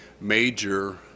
major